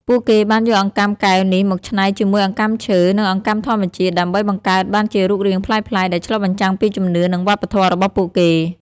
ពួកគេបានយកអង្កាំកែវនេះមកច្នៃជាមួយអង្កាំឈើ និងអង្កាំធញ្ញជាតិដើម្បីបង្កើតបានជារូបរាងប្លែកៗ ដែលឆ្លុះបញ្ចាំងពីជំនឿ និងវប្បធម៌របស់ពួកគេ។